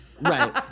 Right